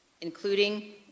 including